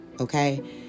Okay